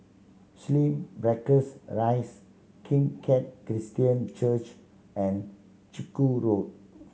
Slim Barracks a Rise Kim Keat Christian Church and Chiku Road